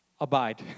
Abide